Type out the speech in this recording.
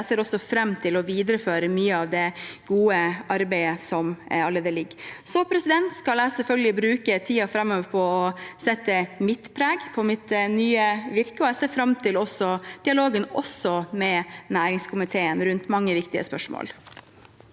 at jeg også ser fram til å videreføre mye av det gode arbeidet som allerede ligger der. Jeg skal selvfølgelig bruke tiden framover på å sette mitt preg på mitt nye virke, og jeg ser også fram til dialogen med næringskomiteen rundt mange viktige spørsmål.